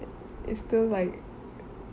it's still like